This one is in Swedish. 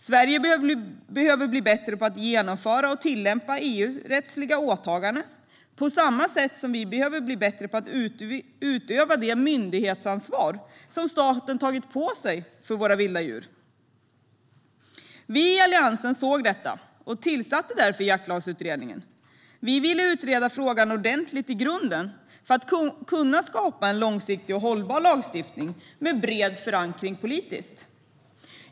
Sverige behöver bli bättre på att genomföra och tillämpa EU-rättsliga åtaganden på samma sätt som vi behöver bli bättre på att utöva det myndighetsansvar som staten tagit på sig för våra vilda djur. Vi i Alliansen såg detta och tillsatte därför Jaktlagsutredningen. Vi ville utreda frågan ordentligt i grunden för att kunna skapa en långsiktig och hållbar lagstiftning med bred politisk förankring.